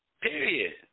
Period